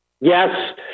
Yes